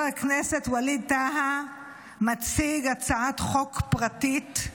הכנסת ווליד טאהא מציג הצעת חוק פרטית,